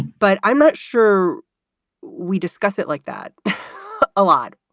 but i'm not sure we discuss it like that a lot.